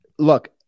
Look